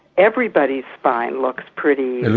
everybody's spine looks pretty